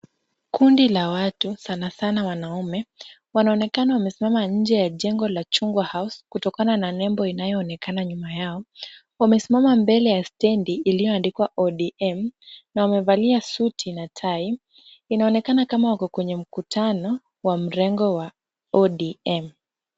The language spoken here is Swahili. Kundi la watu sana sana wanaume, wanaonekana wamesimama nje ya jengo la Chungwa house kutokana na nembo inayoonekana nyuma yao. Wamesimama mbele ya stendi iliyoandikwa ODM na wamevalia suti na tai. Inaonekana kama wako kwenye mkutano wa mrengo wa ODM.